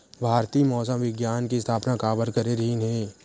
भारती मौसम विज्ञान के स्थापना काबर करे रहीन है?